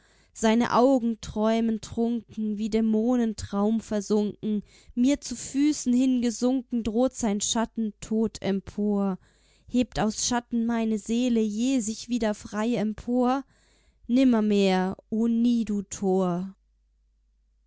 seine augen träumen trunken wie dämonen traumversunken mir zu füßen hingesunken droht sein schatten tot empor hebt aus schatten meine seele je sich wieder frei empor nimmermehr o nie du tor